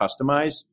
customize